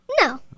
No